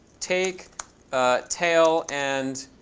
take tail and